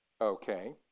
Okay